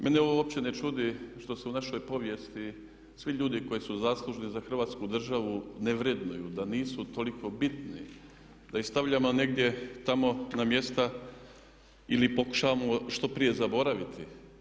Mene ovo uopće ne čudi što se u našoj povijesti svi ljudi koji su zaslužni za Hrvatsku državu ne vrednuju, da nisu toliko bitni da ih stavljamo negdje tamo na mjesta ili pokušavamo što prije zaboraviti.